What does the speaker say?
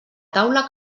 taula